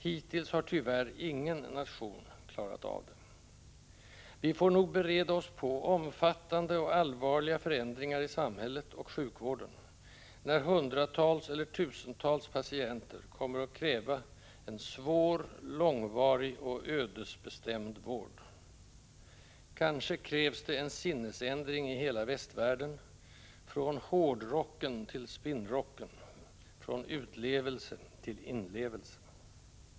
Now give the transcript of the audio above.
Hittills har tyvärr ingen nation ”klarat av det”. Vi får nog bereda oss på omfattande och allvarliga förändringar i samhället och sjukvården när hundratals eller tusentals patienter kommer att kräva en svår, långvarig och ödesbestämd vård. Kanske krävs det en sinnesändring i hela västvärlden, från hårdrocken till spinnrocken, från utlevelse till inlevelse.